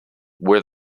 were